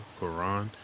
Quran